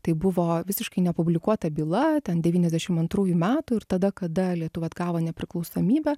tai buvo visiškai nepublikuota byla ten devyniasdešim antrųjų metų ir tada kada lietuva atgavo nepriklausomybę